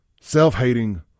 Self-hating